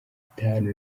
itanu